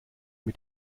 mit